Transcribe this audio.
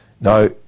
Now